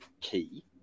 key